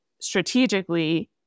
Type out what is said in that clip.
strategically